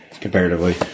comparatively